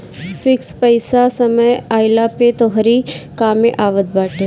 fix पईसा समय आईला पअ तोहरी कामे आवत बाटे